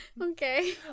Okay